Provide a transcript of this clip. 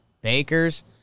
Bakers